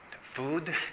food